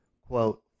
quote